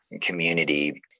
community